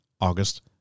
August